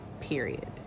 period